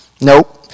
Nope